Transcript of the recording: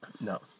No